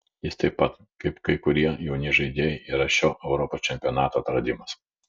jis taip pat kaip kai kurie jauni žaidėjai yra šio europos čempionato atradimas